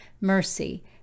mercy